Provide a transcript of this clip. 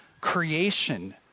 creation